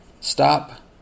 stop